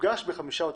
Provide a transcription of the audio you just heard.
שיוגש בחמישה עותקים.